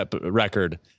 record